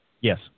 Yes